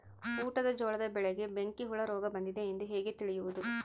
ಊಟದ ಜೋಳದ ಬೆಳೆಗೆ ಬೆಂಕಿ ಹುಳ ರೋಗ ಬಂದಿದೆ ಎಂದು ಹೇಗೆ ತಿಳಿಯುವುದು?